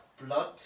blood